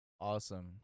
awesome